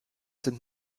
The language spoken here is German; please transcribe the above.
sind